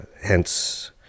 hence